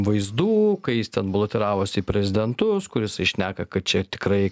vaizdų kai jis ten balotiravosi į prezidentus kur jisai šneka kad čia tikrai